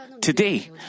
today